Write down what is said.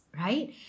right